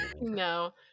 No